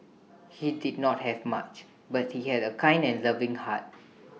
he did not have much but he had A kind and loving heart